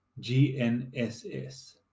GNSS